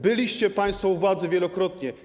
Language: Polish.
Byliście państwo u władzy wielokrotnie.